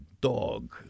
dog